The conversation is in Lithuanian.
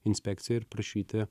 inspekciją ir prašyti